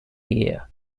year